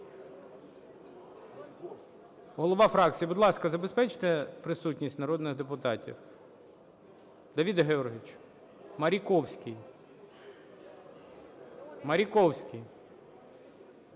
Голова фракції, будь ласка, забезпечте присутність народних депутатів. Давиде Георгійовичу, Маріковський. Маріковський.